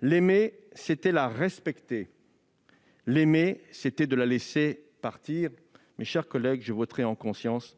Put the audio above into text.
L'aimer, c'était la respecter. L'aimer, c'était la laisser partir. » Mes chers collègues, je voterai en conscience